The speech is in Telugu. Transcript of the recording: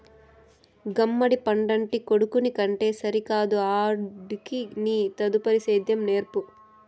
గుమ్మడి పండంటి కొడుకుని కంటే సరికాదు ఆడికి నీ తదుపరి సేద్యం నేర్పు